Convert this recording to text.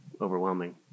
overwhelming